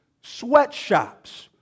sweatshops